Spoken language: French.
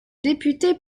députée